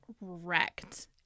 wrecked